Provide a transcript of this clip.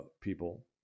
people